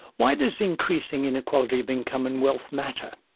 why does increasing inequality of income and wealth matter?